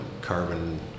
carbon